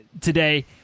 today